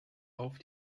auf